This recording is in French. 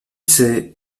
c’est